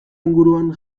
inguruan